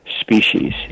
species